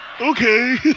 Okay